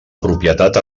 propietat